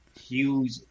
huge